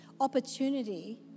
opportunity